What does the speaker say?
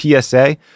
PSA